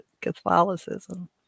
Catholicism